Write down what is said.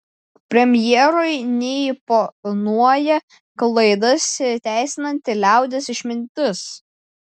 premjerui neimponuoja klaidas teisinanti liaudies išmintis